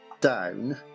Down